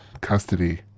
custody